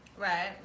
Right